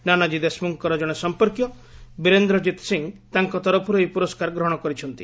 ନାନାଜୀ ଦେଶମୁଖଙ୍କର ଜଣେ ସମ୍ପର୍କୀୟ ବୀରେନ୍ଦ୍ରଜିତ୍ ସିଂହ ତାଙ୍କ ତରଫରୁ ଏହି ପୁରସ୍କାର ଗ୍ରହଣ କରିଛନ୍ତି